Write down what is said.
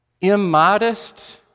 Immodest